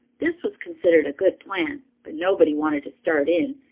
this was considered a good plan, but nobody wanted to start in,